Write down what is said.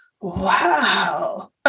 wow